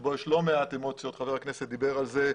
בו יש לו מעט אמוציות וחבר הכנסת דבר על זה,